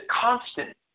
constant